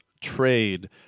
trade